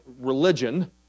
religion